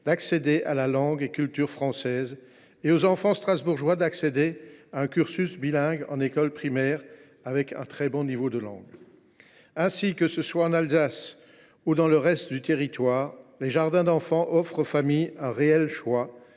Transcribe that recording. d’accéder à la langue et à la culture françaises, et aux enfants strasbourgeois de suivre un cursus bilingue à l’école primaire et ainsi d’avoir un très bon niveau en langues. Ainsi, que ce soit en Alsace ou dans le reste du territoire, les jardins d’enfants offrent aux familles un réel choix